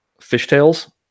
fishtails